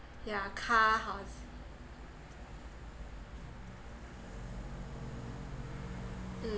yeah car house mm